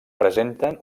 presenten